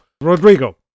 Rodrigo